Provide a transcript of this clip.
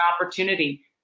opportunity